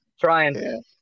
trying